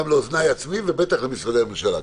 לאוזני עצמי ובטח למשרדי הממשלה.